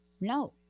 no